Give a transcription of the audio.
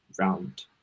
round